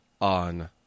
on